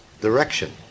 direction